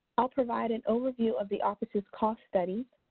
i'll provide an overview of the office's cost study,